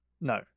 No